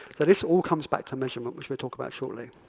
this all comes back to measurement, which we'll talk about shortly.